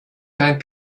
dein